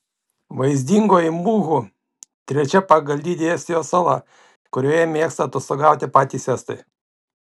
vaizdingoji muhu trečia pagal dydį estijos sala kurioje mėgsta atostogauti patys estai